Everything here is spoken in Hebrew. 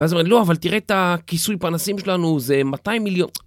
לא, אבל תראה את הכיסוי פנסים שלנו, זה 200 מיליון.